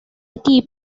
aquí